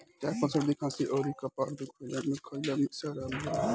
जायफल सरदी खासी अउरी कपार दुखइला में खइला से आराम मिलेला